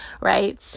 right